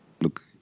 Look